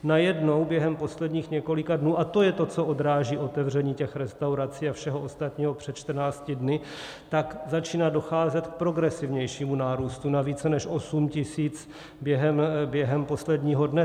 Najednou během posledních několika dnů, a to je to, co odráží otevření těch restaurací a všeho ostatního před 14 dny, začíná docházet k progresivnějšímu nárůstu na více než 8 tisíc během posledního dne.